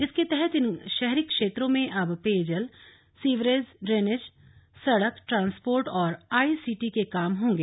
इसके तहत इन शहरी क्षेत्रों में अब पेयजल सीवरेज इनेज सड़क ट्रांसपोर्ट और आईसीटी के काम होंगे